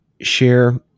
share